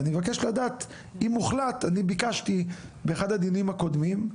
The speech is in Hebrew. אני ביקשתי באחת מהדיונים הקודמים,